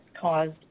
caused